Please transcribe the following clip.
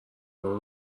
راه